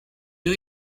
new